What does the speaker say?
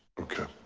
okay.